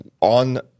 on